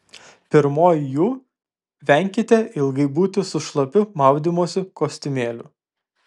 pirmoji jų venkite ilgai būti su šlapiu maudymosi kostiumėliu